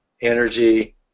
energy